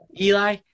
Eli